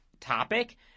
topic